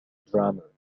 drummer